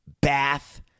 bath